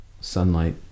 sunlight